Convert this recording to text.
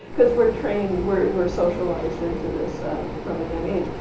because we're trained we're socialized into this from a young age.